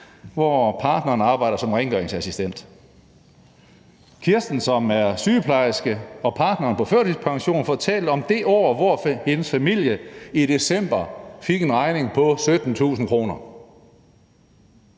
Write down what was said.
hvor partneren arbejder som rengøringsassistent. Kirsten, som er sygeplejerske, og har en partner på førtidspension, fortalte om det år, hvor hendes familie i december fik en regning på 17.000 kr.